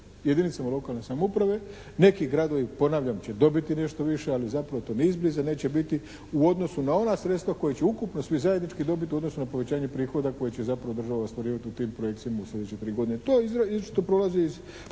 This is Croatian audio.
jedinicama lokalne samouprave. Neki gradovi ponavljam će dobiti nešto više, ali zapravo to ni izbliza neće biti u odnosu na ona sredstva koja će ukupno svi zajednički dobiti u odnosu na povećanje prihoda koje će zapravo država ostvarivati u tim projekcijama u svoje četiri godine. To izričito prolazi iz